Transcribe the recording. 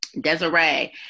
Desiree